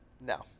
No